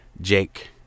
Jake